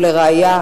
ולראיה,